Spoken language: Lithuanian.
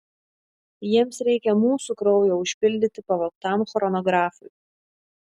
jiems reikia mūsų kraujo užpildyti pavogtam chronografui